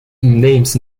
names